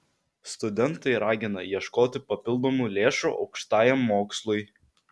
studentai ragina ieškoti papildomų lėšų aukštajam mokslui